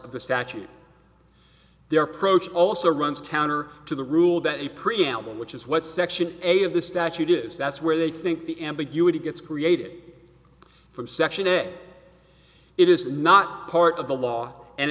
of the statute their approach also runs counter to the rule that a preamble which is what section eight of the statute is that's where they think the ambiguity gets created from section it it is not part of the law and